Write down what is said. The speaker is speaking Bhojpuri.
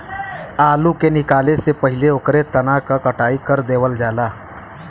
आलू के निकाले से पहिले ओकरे तना क कटाई कर देवल जाला